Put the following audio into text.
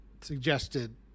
suggested